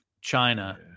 China